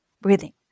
breathing